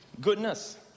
goodness